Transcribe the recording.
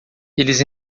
eles